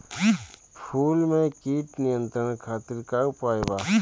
फूल में कीट नियंत्रण खातिर का उपाय बा?